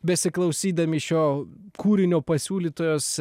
besiklausydami šio kūrinio pasiūlytos